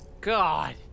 God